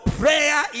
prayer